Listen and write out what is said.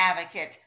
advocate